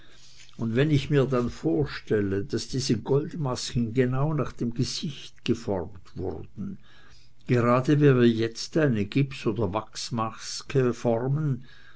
und wenn ich mir dann vorstelle daß diese goldmasken genau nach dem gesicht geformt wurden gerade wie wir jetzt eine gips oder wachsmaske formen